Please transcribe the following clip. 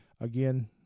Again